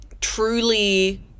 truly